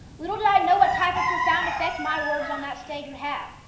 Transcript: little did i know what type of profound effect my words on that stage would have.